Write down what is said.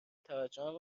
توجهم